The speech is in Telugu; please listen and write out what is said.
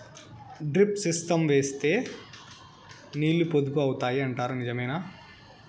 డ్రిప్ సిస్టం వేస్తే నీళ్లు పొదుపు అవుతాయి అంటారు నిజమేనా?